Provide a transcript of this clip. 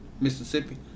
Mississippi